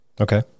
Okay